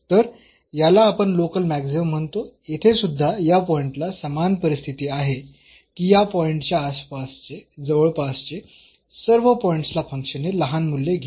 तर याला आपण लोकल मॅक्सिमम म्हणतो येथे सुद्धा या पॉईंटला समान परिस्थिती आहे की या पॉईंटच्या जवळपासचे सर्व पॉईंट्स ला फंक्शन हे लहान मूल्ये घेत आहे